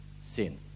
sin